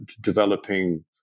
developing